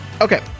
okay